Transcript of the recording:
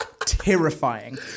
Terrifying